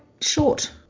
short